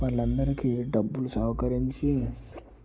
వాళ్ళందరికి డబ్బులు సేకరించి